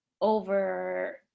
Over